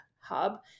hub